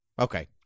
Okay